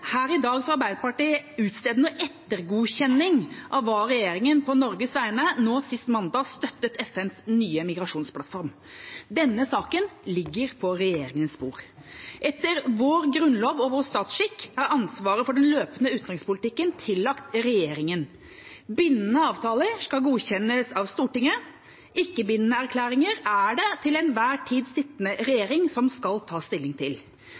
her i dag fra Arbeiderpartiet utstede noen ettergodkjenning av at regjeringa på Norges vegne nå sist mandag støttet FNs nye migrasjonsplattform. Denne saken ligger på regjeringas bord. Etter vår grunnlov og vår statsskikk er ansvaret for den løpende utenrikspolitikken tillagt regjeringa. Bindende avtaler skal godkjennes av Stortinget, ikke-bindende erklæringer er det den til enhver tid sittende regjering som skal ta stilling til.